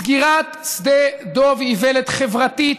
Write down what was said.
סגירת שדה דב היא איוולת חברתית,